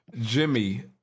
Jimmy